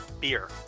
Beer